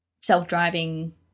self-driving